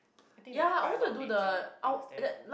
I think there have quite a lot nature things there